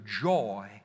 joy